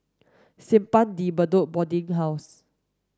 Simpang De Bedok Boarding House